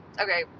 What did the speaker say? Okay